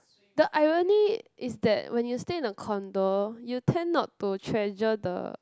the irony is that when you stay in a condo you tend not to treasure the